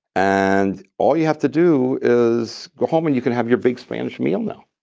and all you have to do is go home, and you can have your big spanish meal now.